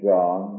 John